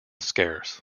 scarce